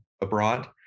abroad